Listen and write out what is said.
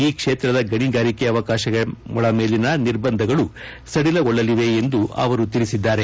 ಈ ಕ್ಷೇತ್ರದ ಗಣಿಗಾರಿಕೆ ಅವಕಾಶಗಳ ಮೇಲಿನ ನಿರ್ಬಂಧಗಳು ಸಡಿಲಗೊಳ್ಳಲಿವೆ ಎಂದಿದ್ದಾರೆ